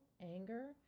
anger